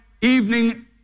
evening